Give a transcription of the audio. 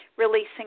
releasing